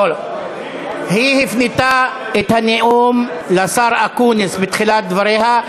היא הפנתה את הנאום לשר אקוניס בתחילת דבריה,